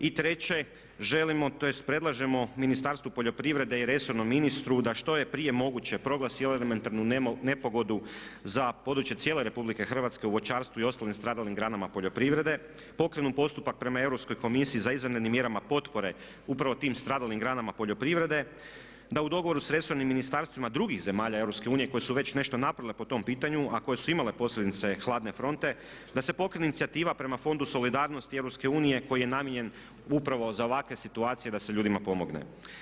I treće, želimo, tj. predlažemo Ministarstvu poljoprivrede i resornom ministru da što je prije moguće proglasi ovu elementarnu nepogodu za područje cijele RH u voćarstvu i ostalim stradalim granama poljoprivrede, pokrenu postupak prema Europskoj komisiji za izvanrednim mjerama potpore upravo tim stradalim granama poljoprivrede, da u dogovoru sa resornim ministarstvima drugih zemalja EU koje su već nešto napravile po tom pitanju a koje su imale posljedice hladne fronte da se pokrene inicijativa prema Fondu solidarnosti EU koji je namijenjen upravo za ovakve situacije da se ljudima pomogne.